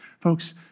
Folks